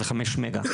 זה 5 מגה.